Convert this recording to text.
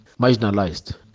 marginalized